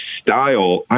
style